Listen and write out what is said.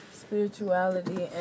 spirituality